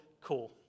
cool